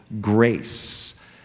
Grace